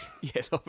Yes